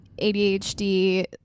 ADHD